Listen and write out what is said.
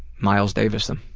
miles davis them.